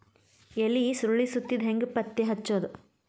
ಎಲಿ ಸುರಳಿ ಸುತ್ತಿದ್ ಹೆಂಗ್ ಪತ್ತೆ ಹಚ್ಚದ?